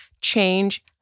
change